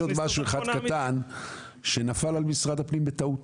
עוד משהו אחד קטן שנפל על משרד הפנים בטעות.